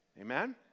Amen